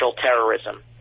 terrorism